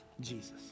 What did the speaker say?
Jesus